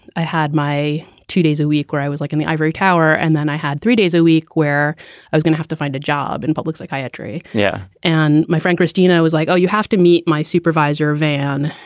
i had my two days a week where i was like in the ivory. power. and then i had three days a week where i was gonna have to find a job in public psychiatry. yeah. and my friend christina was like, oh, you have to meet my supervisor van.